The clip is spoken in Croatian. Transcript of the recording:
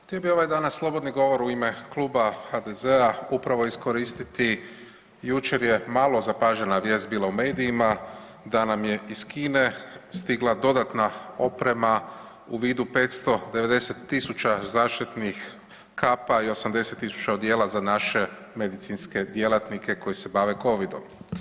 Htio bi ovaj danas slobodni govor u ime kluba HDZ-a upravo iskoristiti, jučer je malo zapažena vijest bila u medijima da nam je iz Kine stigla dodatna oprema u vidu 590 000 zaštitnih kapa i 80 000 odijela za naše medicinske djelatnike koji se bave COVID-om.